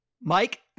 Mike